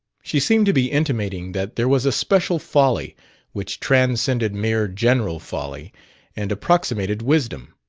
she seemed to be intimating that there was a special folly which transcended mere general folly and approximated wisdom.